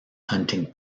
hunting